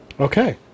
Okay